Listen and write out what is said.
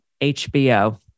HBO